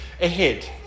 ahead